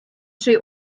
чий